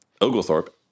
Oglethorpe